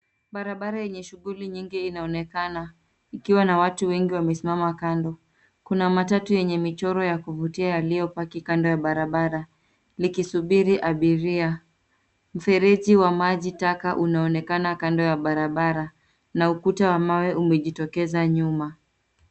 Barabara yenye shughuli nyingi inaonekana ikiwa na watu wengi wamesimama kando. Kuna matatu yenye michoro ya kuvutia yaliyopaki kando ya barabara likisubiri abiria. Mfereji wa maji taka unaonekana kando ya barabara na ukuta wa mawe umejitokeza nyuma.